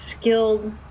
skilled